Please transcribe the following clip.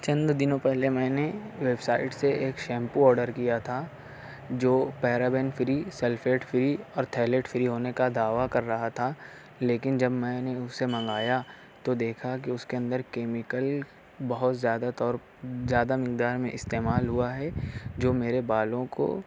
چند دنوں پہلے میں نے ویب سائٹ سے ایک شیمپو آرڈر کیا تھا جو پیرابن فری سیلفیڈ فری اور تھیلیڈ فری ہونے کا دعویٰ کر رہا تھا لیکن جب میں نے اسے منگایا تو دیکھا کہ اس کے اندر کیمیکل بہت زیادہ طور زیادہ مقدار میں استعمال ہوا ہے جو میرے بالوں کو